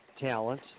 talent